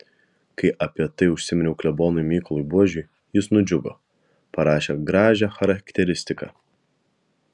kai apie tai užsiminiau klebonui mykolui buožiui jis nudžiugo parašė gražią charakteristiką